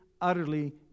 utterly